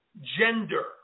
gender